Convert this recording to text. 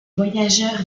voyageurs